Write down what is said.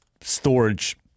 storage